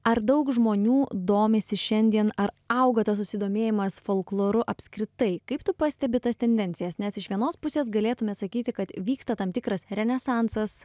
ar daug žmonių domisi šiandien ar auga tas susidomėjimas folkloru apskritai kaip tu pastebi tas tendencijas nes iš vienos pusės galėtume sakyti kad vyksta tam tikras renesansas